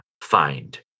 find